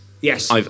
yes